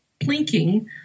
plinking